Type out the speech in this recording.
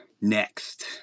Next